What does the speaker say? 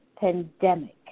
pandemic